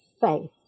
faith